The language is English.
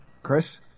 Chris